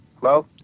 Hello